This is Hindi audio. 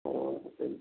हाँ